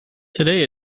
today